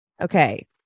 Okay